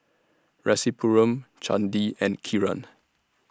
Rasipuram Chandi and Kiran